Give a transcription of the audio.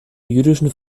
jüdischen